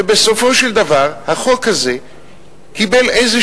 ובסופו של דבר החוק הזה קיבל איזו